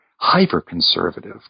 hyper-conservative